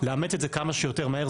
לאמץ את זה כמה שיותר מהר.